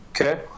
okay